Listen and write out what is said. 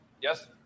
Yes